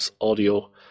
audio